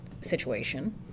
situation